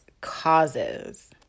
Causes